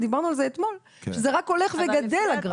דיברנו על זה אתמול, שזה רק הולך וגדל, הגרף.